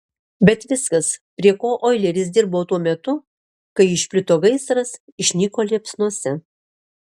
bet viskas prie ko oileris dirbo tuo metu kai išplito gaisras išnyko liepsnose